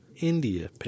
india